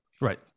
Right